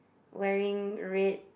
wearing red